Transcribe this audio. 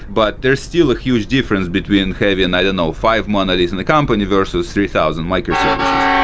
but there's still a huge difference between having and i don't know, five monoliths in the company versus three thousand microservices.